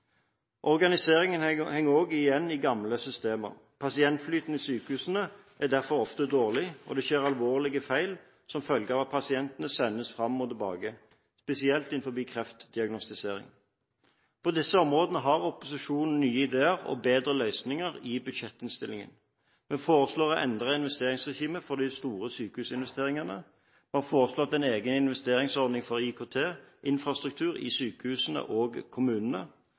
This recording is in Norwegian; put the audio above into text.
Organiseringen henger også igjen i gamle systemer. Pasientflyten i sykehusene er derfor ofte dårlig, og det skjer alvorlige feil som følge av at pasientene sendes fram og tilbake, spesielt innenfor kreftdiagnostisering. På disse områdene har opposisjonen nye ideer og bedre løsninger i budsjettinnstillingen. Vi foreslår å endre investeringsregimet for de store sykehusinvesteringene, vi har foreslått en egen finansieringsordning for IKT- infrastruktur i sykehusene og i kommunene,